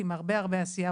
עם הרבה הרבה עשייה,